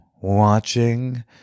watching